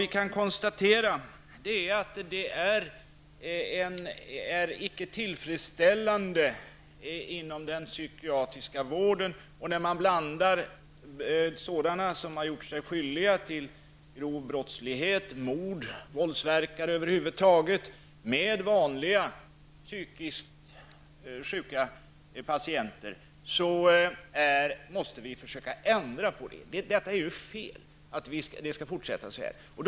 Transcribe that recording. Vi kan konstatera att det är icke tillfredsställande att man inom den psykiatriska vården blandar sådana som har gjort sig skyldiga till grov brottslighet -- mördare, våldsverkare över huvud taget -- med vanliga psykiskt sjuka patienter. Det måste vi försöka ändra på, för det är ju fel att fortsätta på det sättet.